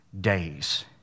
days